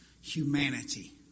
humanity